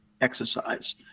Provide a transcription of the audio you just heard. exercise